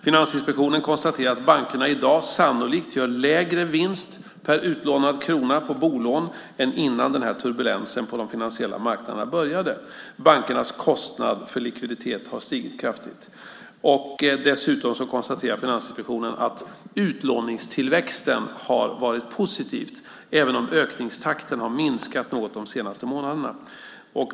Finansinspektionen konstaterar att bankerna i dag sannolikt gör lägre vinst per utlånad krona på bolån än innan den här turbulensen på de finansiella marknaderna började. Bankernas kostnad för likviditet har stigit kraftigt. Dessutom konstaterar Finansinspektionen att utlåningstillväxten har varit positiv även om ökningstakten har minskat något de senaste månaderna.